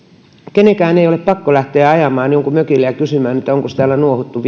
kenenkään ei ole pakko lähteä ajamaan jonkun mökille ja kysymään onkos täällä nuohottu